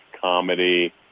comedy